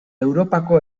europako